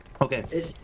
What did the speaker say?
Okay